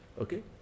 okay